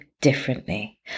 differently